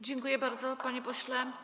Dziękuję bardzo, panie pośle.